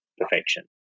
perfection